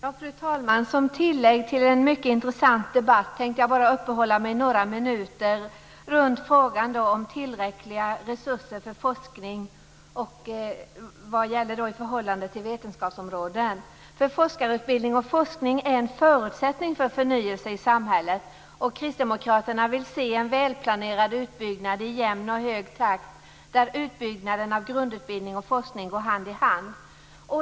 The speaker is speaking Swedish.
Fru talman! Som tillägg till en mycket intressant debatt tänkte jag uppehålla mig några minuter runt frågan om tillräckliga resurser för forskning inom olika vetenskapsområden. Forskarutbildning och forskning är en förutsättning för förnyelse i samhället. Kristdemokraterna vill se en välplanerad utbyggnad i jämn och hög takt, där utbyggnaden av grundutbildning och forskning går hand i hand.